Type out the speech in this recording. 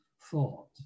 thought